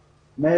הכלא.